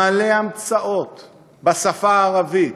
מלא המצאות בשפה הערבית,